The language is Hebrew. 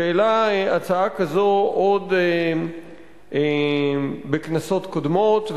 שהעלה הצעה כזאת עוד בכנסות קודמות,